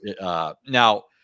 now